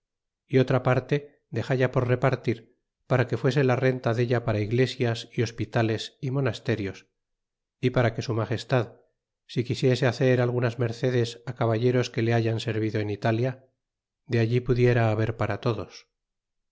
y otra parte talla por repartir para que fuese la renta dtia para iglesias y hospitales y monasterios y para que su magestad st quisiese hacer algunas mercedes caballeros que le hayan servido en italia de allí pudiera haber para todos